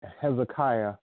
Hezekiah